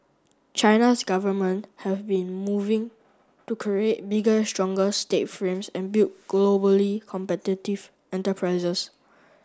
China's government have been moving to create bigger stronger state frames and build globally competitive enterprises